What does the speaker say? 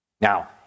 Now